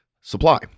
supply